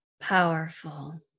powerful